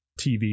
TV